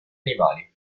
animali